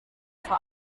vor